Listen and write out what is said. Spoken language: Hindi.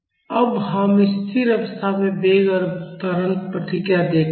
अब हम स्थिर अवस्था में वेग और त्वरण प्रतिक्रिया देखते हैं